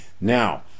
Now